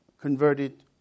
converted